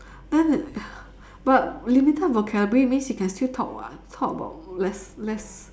then but limited vocabulary means you can still talk [what] talk about less less